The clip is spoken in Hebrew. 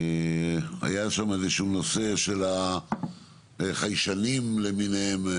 היה שם איזשהו נושא של החיישנים למיניהם,